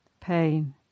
pain